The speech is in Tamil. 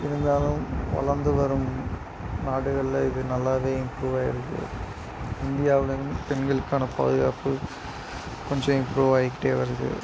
இருந்தாலும் வளர்ந்து வரும் நாடுகளில் இது நல்லாவே இம்ப்ரூவாயிருக்குது இந்தியாவில் பெண்களுக்கான பாதுகாப்பு கொஞ்சம் இம்ப்ரூவாயிக்கிட்டே வருது